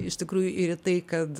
iš tikrųjų ir į tai kad